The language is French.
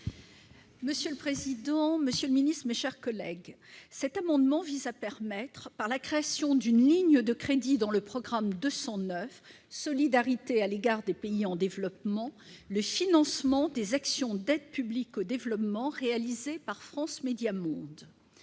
ainsi libellé : La parole est à Mme Joëlle Garriaud-Maylam. Cet amendement vise à permettre, par la création d'une ligne de crédits dans le programme 209, « Solidarité à l'égard des pays en développement », le financement des actions d'aide publique au développement réalisées par France Médias Monde.